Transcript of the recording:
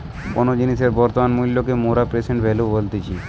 কোনো জিনিসের বর্তমান মূল্যকে মোরা প্রেসেন্ট ভ্যালু বলতেছি